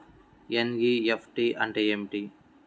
NEFT అంటే ఏమిటీ?